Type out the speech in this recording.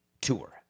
tour